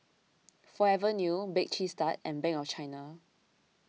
Forever New Bake Cheese Tart and Bank of China